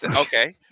Okay